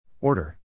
Order